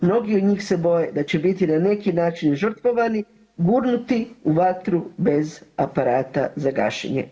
Mnogi od njih se boje da će biti na neki način žrtvovani, gurnuti u vatru bez aparata za gašenje.